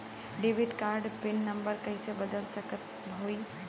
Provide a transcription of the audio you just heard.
Debit card क pin number कइसे बदल सकत हई?